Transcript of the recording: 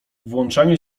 włączanie